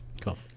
Cool